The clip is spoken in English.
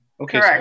Okay